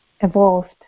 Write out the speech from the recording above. evolved